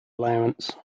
allowance